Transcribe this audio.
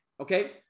Okay